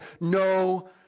No